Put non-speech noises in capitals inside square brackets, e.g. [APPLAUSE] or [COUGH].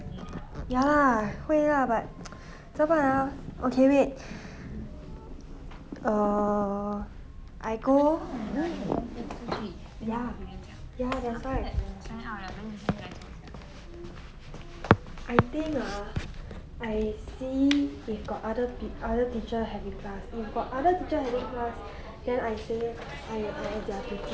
ya lah 会啦 but [NOISE] 怎么办 ah okay wait err I go ya ya that's why I think ah I see if got other peo~ other teacher having class if got other teacher having class then I say